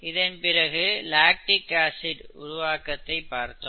இதன்பிறகு lactic acid உருவாக்கத்தை பார்த்தோம்